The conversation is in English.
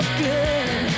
good